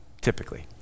typically